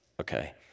okay